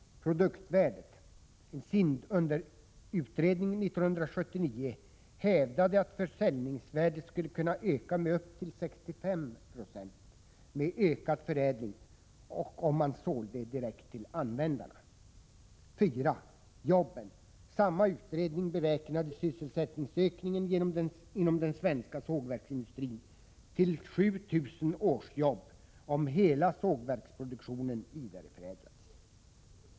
Produktvärdet. En SIND-utredning 1979 hävdade att försäljningsvärdet med ökad förädling skulle kunna öka med upp till 65 26, om man sålde direkt till användarna. 4. Jobben. Samma utredning beräknade sysselsättningsökningen inom den svenska sågverksindustrin till 7 000 årsjobb, om hela sågverksproduktionen vidareförädlades.